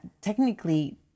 technically